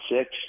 six